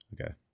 okay